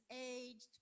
aged